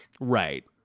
Right